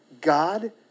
God